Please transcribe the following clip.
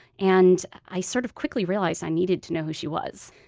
and i sort of quickly realized i needed to know who she was